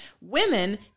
Women